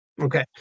Okay